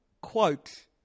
quote